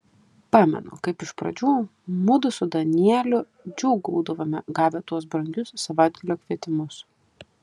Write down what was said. pamenu kaip iš pradžių mudu su danieliu džiūgaudavome gavę tuos brangius savaitgalio kvietimus